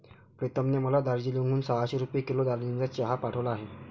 प्रीतमने मला दार्जिलिंग हून सहाशे रुपये किलो दार्जिलिंगचा चहा पाठवला आहे